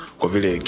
kovile